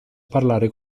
parlare